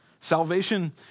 Salvation